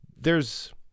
theres